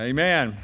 Amen